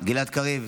גלעד קריב,